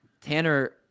Tanner